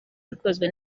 bikozwe